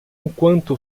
enquanto